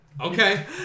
Okay